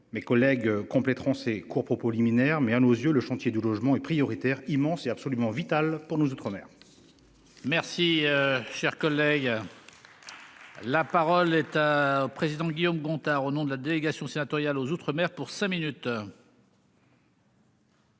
Mes collègues compléteront ces cours propos liminaire mais à nos yeux le chantier du logement est prioritaire, immense, est absolument vital pour nous outre-mer. Merci cher collègue. La parole est à président Guillaume Gontard, au nom de la délégation sénatoriale aux outre-mer pour cinq minutes.